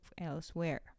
elsewhere